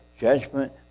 judgment